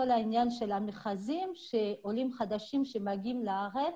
נושא המכרזים שעולים חדשים שמגיעים לארץ